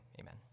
Amen